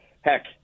heck